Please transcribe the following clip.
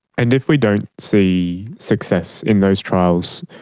and if we don't see success in those trials,